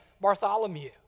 Bartholomew